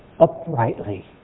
uprightly